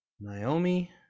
Naomi